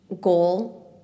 goal